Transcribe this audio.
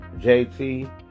JT